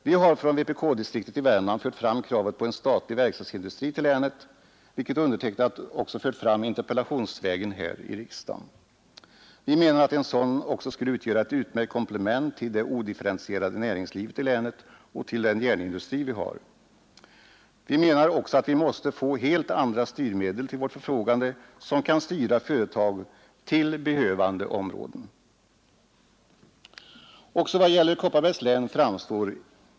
Vi har från vpk-distriktet i Värmland fört fram kravet på lokalisering av en statlig verkstadsindustri till länet, ett krav som jag också har fört fram interpellationsvägen här i riksdagen. Vi menar att en sådan industri också skulle utgöra ett utmärkt komplement till det odifferentierade näringslivet i länet och till den järnindustri som vi har. Vi menar också att vi måste få helt andra styrmedel till vårt förfogande, som kan styra företag till behövande områden.